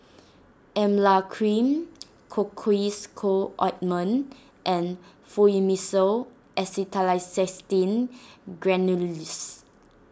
Emla Cream Cocois Co Ointment and Fluimucil Acetylcysteine Granules